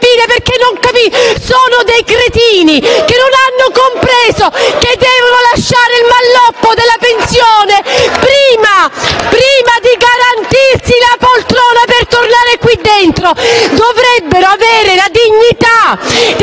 che non capisce; sono dei "cretini", che non hanno compreso che devono lasciare il malloppo della pensione prima di garantirsi la poltrona per tornare qui dentro! *(Applausi dal